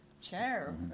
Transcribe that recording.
chair